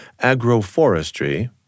agroforestry